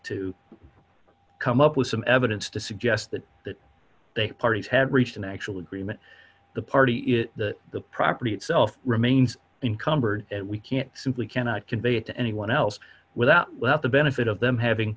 to come up with some evidence to suggest that that they parties had reached an actual agreement the party is the property itself remains encumbered and we can't simply cannot convey it to anyone else without the benefit of them having